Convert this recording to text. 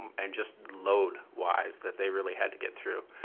and just load-wise that they really had to get through.